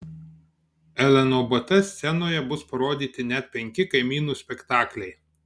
lnobt scenoje bus parodyti net penki kaimynų spektakliai